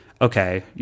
okay